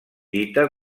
dita